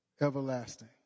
everlasting